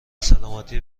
سلامتی